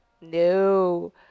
No